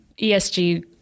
ESG